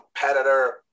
competitor